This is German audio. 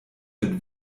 mit